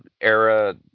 era